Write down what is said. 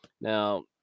Now